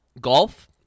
Golf